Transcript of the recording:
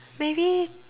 maybe